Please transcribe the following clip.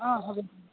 অ হ'ব দিয়া